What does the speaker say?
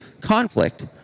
conflict